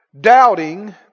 Doubting